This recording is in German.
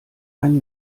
ein